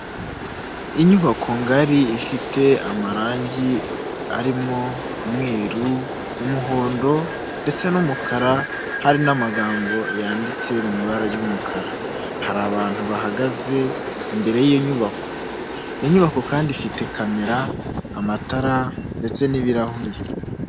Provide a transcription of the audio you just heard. Inyubako ngari ifite amarangi arimo umweru, umuhondo ndetse n'umukara hari n'amagambo yanditse mu ibara ry'umukara hari abantu bahagaze imbere y'iyoyubako inyubako kandi ifite kamera amatara ndetse n'ibirahuri.